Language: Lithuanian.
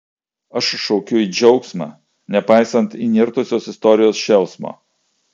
aš šaukiu į džiaugsmą nepaisant įnirtusios istorijos šėlsmo